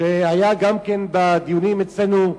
שהיה בדיונים אצלנו,